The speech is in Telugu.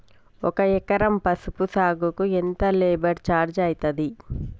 ఒక ఎకరం పసుపు సాగుకు ఎంత లేబర్ ఛార్జ్ అయితది?